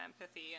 Empathy